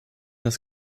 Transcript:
das